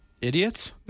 Idiots